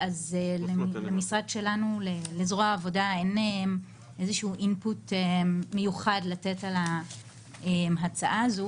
אז לזרוע העבודה אין איזה שהוא אינפוט מיוחד לתת לגבי ההצעה הזאת